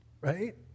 Right